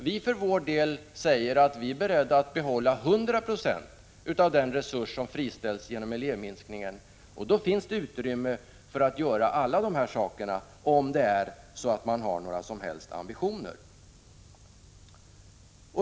Vi för vår del säger att vi är beredda att behålla 100 96 av den resurs som friställs genom elevminskningen. Då finns det utrymme för att vidta alla dessa åtgärder, om det finns några som helst ambitioner.